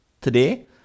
Today